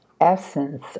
Essence